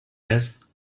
asked